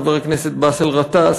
חבר הכנסת באסל גטאס,